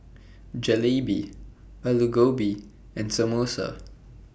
Jalebi Alu Gobi and Samosa